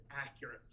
accurate